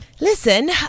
Listen